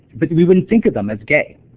but we would think of them as gay.